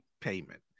payment